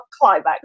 climax